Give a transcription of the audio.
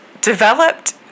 developed